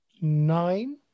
Nine